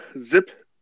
Zip